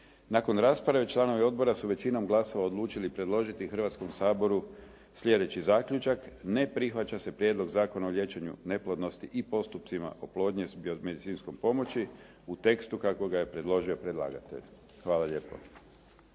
Nakon rasprave članovi odbora su većinom glasova odlučili predložiti Hrvatskom saboru sljedeći zaključak: Ne prihvaća se Prijedlog zakona o liječenju neplodnosti i postupcima oplodnje s biomedicinskom pomoći u tekstu kako ga je predložio predlagatelj. Hvala lijepo.